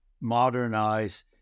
modernize